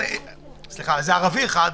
היו שם מכתזיות?